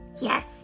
Yes